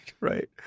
right